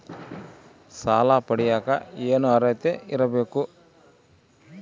ಸಾಲ ಪಡಿಯಕ ಏನು ಅರ್ಹತೆ ಇರಬೇಕು?